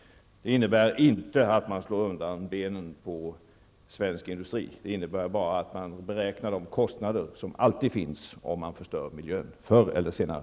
Det innebär inte att man slår undan benen för svensk industri, utan bara att man beräknar de kostnader som förr eller senare alltid uppstår om man förstör miljön.